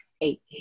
Eight